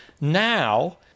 Now